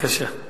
בבקשה.